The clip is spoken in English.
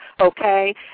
okay